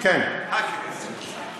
גם לרוב יהיה כנסת.